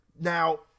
Now